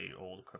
old